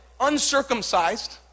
Uncircumcised